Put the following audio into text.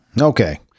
okay